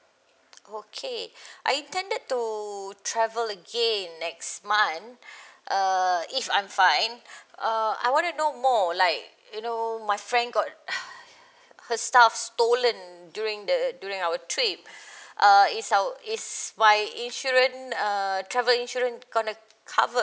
okay I intended to travel again next month uh if I'm fine uh I wanna know more like you know my friend got her stuff stolen during the during our trip uh is our is my insurance err travel insurance gonna covered